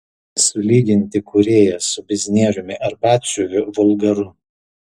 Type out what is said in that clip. sulyginti kūrėją su biznieriumi ar batsiuviu vulgaru